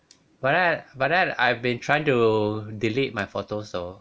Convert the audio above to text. but then but then I've been trying to delete my photos so